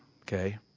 okay